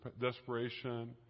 desperation